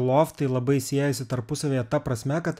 loftai labai siejasi tarpusavyje ta prasme kad